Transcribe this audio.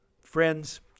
friends